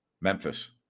Memphis